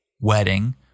wedding